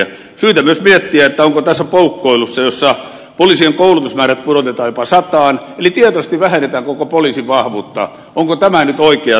on syytä myös miettiä onko tämä poukkoilu jossa poliisien koulutusmäärät pudotetaan jopa sataan eli tietoisesti vähennetään koko poliisin vahvuutta nyt oikea tapa